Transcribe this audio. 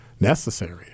necessary